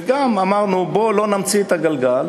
וגם אמרנו: בואו לא נמציא את הגלגל,